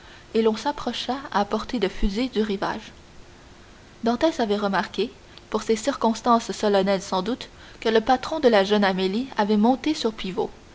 et l'on s'approcha à portée de fusil du rivage dantès avait remarqué pour ces circonstances solennelles sans doute que le patron de la jeune amélie avait monté sur pivot